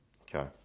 Okay